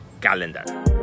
calendar